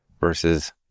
versus